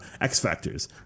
X-Factors